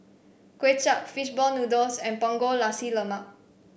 Kuay Chap fish ball noodles and Punggol Nasi Lemak